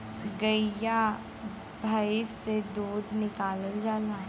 गइया भईस से दूध निकालल जाला